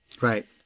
Right